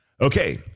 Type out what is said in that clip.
Okay